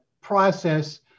process